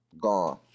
Gone